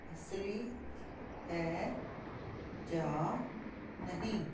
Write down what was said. ਅਸਲੀ ਹੈ ਜਾਂ ਨਹੀਂ